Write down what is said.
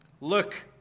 Look